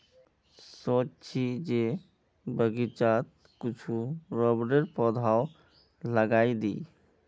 सोच छि जे बगीचात कुछू रबरेर पौधाओ लगइ दी